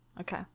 Okay